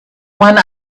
one